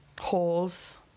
holes